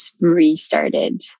restarted